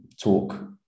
talk